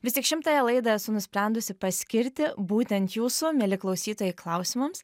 vis tik šimtąją laidą esu nusprendusi paskirti būtent jūsų mieli klausytojai klausimams